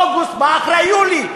ואוגוסט בא אחרי יולי,